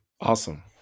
Awesome